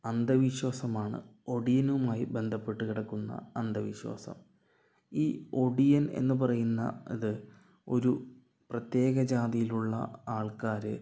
അന്ധവിശ്വാസമാണ് ഒടിയനുമായി ബന്ധപ്പെട്ടു കിടക്കുന്ന അന്ധവിശ്വാസം ഈ ഒടിയൻ എന്ന് പറയുന്നത് ഒരു പ്രത്യേക ജാതിയിലുള്ള ആൾക്കാര്